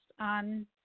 on